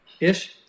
Ish